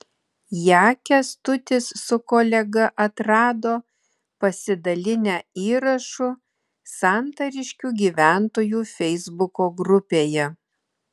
ją kęstutis su kolega atrado pasidalinę įrašu santariškių gyventojų feisbuko grupėje